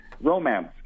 romance